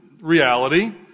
reality